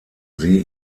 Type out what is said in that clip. sie